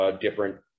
different